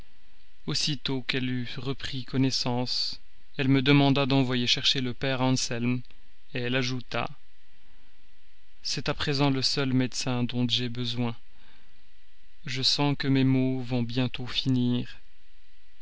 aussitôt qu'elle eut repris connaissance elle me demanda d'envoyer chercher le père anselme elle ajouta c'est à présent le seul médecin dont j'ai besoin je sens que mes maux vont bientôt finir